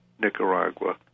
Nicaragua